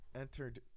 entered